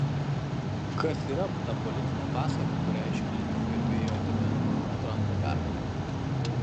kas yra ta politinė pasaka kurią iš klinton gerbėjų atėmė trampo pergalė